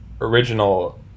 Original